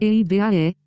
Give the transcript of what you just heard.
Eibae